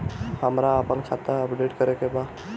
हमरा आपन खाता अपडेट करे के बा